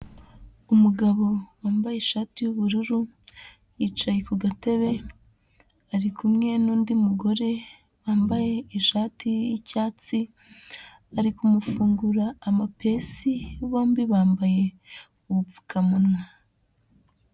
Umugabo wambaye ishati y'ubururu yicaye ku gatebe, ari kumwe n'undi mugore wambaye ishati y'icyatsi, ari kumufungura amapesi, bombi bambaye ubupfukamunwa.